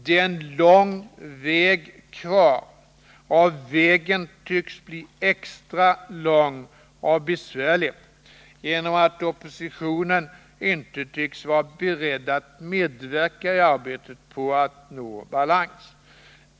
Det är en lång väg kvar, och vägen ser ut att bli extra lång och besvärlig genom att oppositionen inte tycks vara beredd att medverka i arbetet på att nå balans.